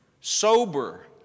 sober